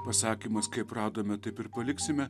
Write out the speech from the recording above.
pasakymas kaip radome taip ir paliksime